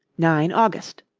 nine august.